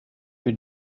für